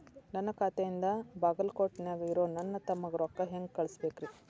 ನನ್ನ ಖಾತೆಯಿಂದ ಬಾಗಲ್ಕೋಟ್ ನ್ಯಾಗ್ ಇರೋ ನನ್ನ ತಮ್ಮಗ ರೊಕ್ಕ ಹೆಂಗ್ ಕಳಸಬೇಕ್ರಿ?